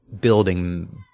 building